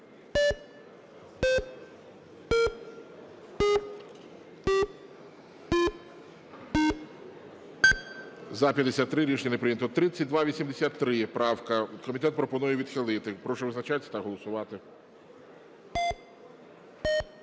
За-53 Рішення не прийнято. 3283 правка. Комітет пропонує відхилити. Прошу визначатись та голосувати.